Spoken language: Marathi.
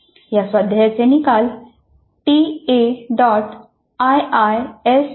या स्वाध्यायचे निकाल ta